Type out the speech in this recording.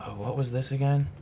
what was this again?